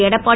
Edappadi